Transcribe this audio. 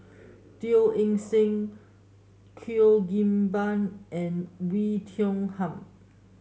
Teo Eng Seng Cheo Kim Ban and Oei Tiong Ham